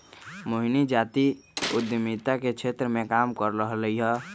मोहिनी जाति उधमिता के क्षेत्र मे काम कर रहलई ह